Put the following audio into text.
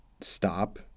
stop